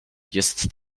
jest